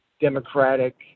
democratic